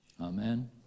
Amen